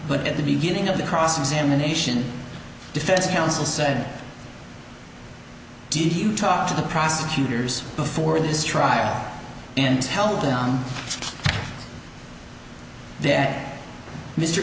but at the beginning of the cross examination defense counsel said did you talk to the prosecutors before this trial and held down that mr